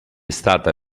stata